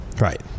Right